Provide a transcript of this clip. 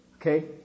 okay